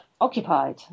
occupied